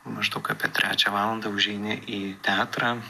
maždaug apie trečią valandą užeini į teatrą